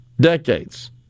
Decades